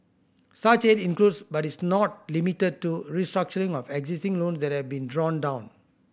such aid includes but is not limited to restructuring of existing loans that have been drawn down